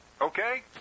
Okay